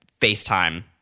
FaceTime